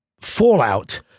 fallout